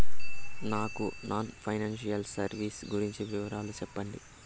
నాకు non financial services గురించి వివరాలు సెప్పండి?